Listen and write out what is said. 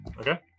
Okay